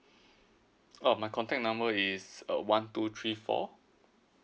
oh my contact number is uh one two three four